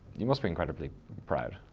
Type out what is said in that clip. you must be incredibly proud?